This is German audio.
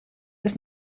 ist